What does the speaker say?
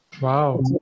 Wow